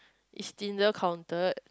is Tinder counted